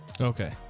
Okay